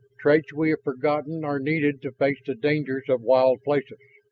traits we have forgotten are needed to face the dangers of wild places.